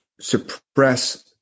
suppress